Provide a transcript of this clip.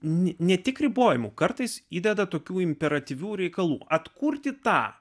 ne tik ribojimų kartais įdeda tokių imperatyvių reikalų atkurti tą